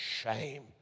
shame